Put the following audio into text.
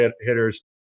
hitters